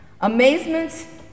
Amazement